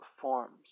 forms